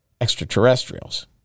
extraterrestrials